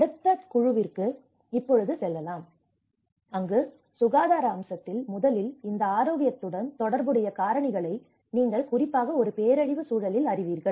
அடுத்த குழுவிற்கு இப்பொழுது செல்லலாம் அங்கு சுகாதார அம்சத்தில் முதலில் இந்த ஆரோக்கியத்துடன் தொடர்புடைய காரணிகளை நீங்கள் குறிப்பாக ஒரு பேரழிவு சூழலில் அறிவீர்கள்